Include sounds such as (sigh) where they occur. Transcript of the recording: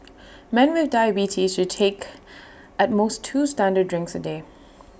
men with diabetes should take at most two standard drinks A day (noise)